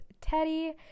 Teddy